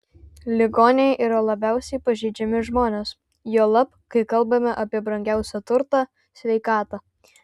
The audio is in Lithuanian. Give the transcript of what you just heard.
ligoniai yra labiausiai pažeidžiami žmonės juolab kai kalbama apie brangiausią turtą sveikatą